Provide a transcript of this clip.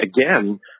again